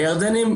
הירדנים,